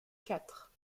quatre